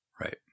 Right